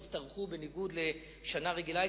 בניגוד לשנה רגילה,